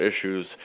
issues